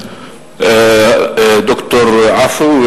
ד"ר עפו,